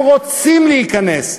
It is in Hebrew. הם רוצים להיכנס,